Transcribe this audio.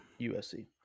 USC